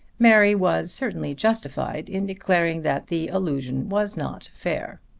mary was certainly justified in declaring that the allusion was not fair.